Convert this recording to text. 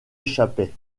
échappait